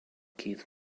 keith